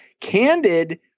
Candid